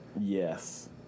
Yes